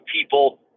people